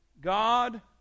God